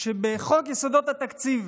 שבחוק יסודות התקציב